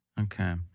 Okay